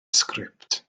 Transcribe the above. sgript